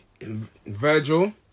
Virgil